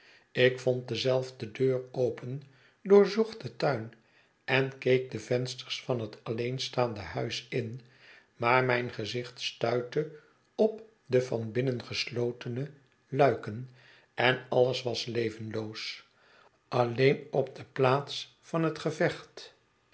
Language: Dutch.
ik vond dezelfde deur open doorzocht den tuin en keek de vensters van het alleenstaande huis in maar mijn gezicht stuitte op de van binnen geslotene luiken en alles was levenloos alleen op de plaats van het gevecht